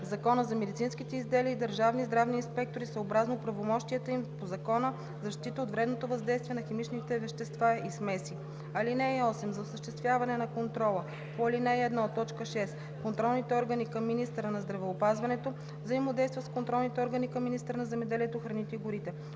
Закона за медицинските изделия и държавните здравни инспектори съобразно правомощията им по Закона за защита от вредното въздействие на химичните вещества и смеси. (8) За осъществяване на контрола по ал. 1, т. 6 контролните органи към министъра на здравеопазването взаимодействат с контролните органи към министъра на земеделието, храните и горите.